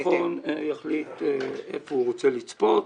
שר הביטחון יחליט היכן הוא רוצה לצפות.